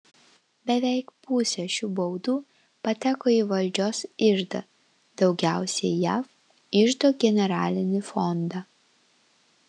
beveik pusė šių baudų pateko į valdžios iždą daugiausiai jav iždo generalinį fondą